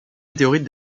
météorite